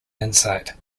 insight